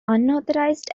unauthorized